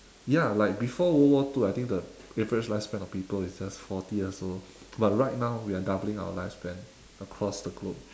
ya like before world war two I think the average lifespan of people is just forty years old but right now we are doubling our lifespan across the globe